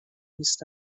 east